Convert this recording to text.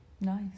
Nice